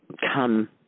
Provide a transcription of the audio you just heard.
come